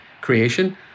creation